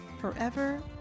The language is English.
forever